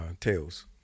tales